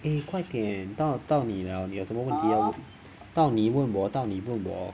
eh 快点到到你了你有什么问题要问我到你问我到你问我